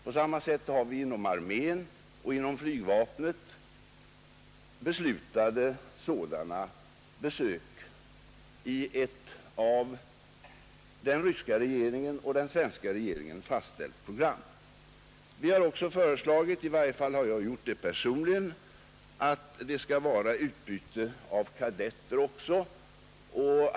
På samma sätt har vi inom armén och inom flygvapnet beslutat om sådana besök i ett av ryska och svenska regeringarna fastställt program. Vi har också föreslagit -- i varje fall har jag gjort det personligen — att det också bör vara utbyte av kadetter.